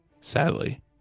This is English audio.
sadly